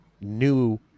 new